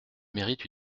mérite